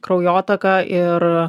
kraujotaką ir